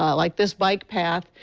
like this bike path,